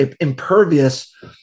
impervious